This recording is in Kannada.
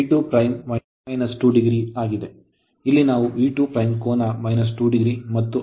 ಇಲ್ಲಿ ನಾವು V2ಕೋನ 2 o ಮತ್ತು I2' 36